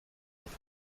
with